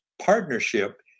partnership